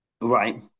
right